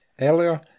Earlier